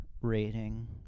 rating